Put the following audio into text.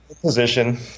position